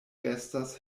restas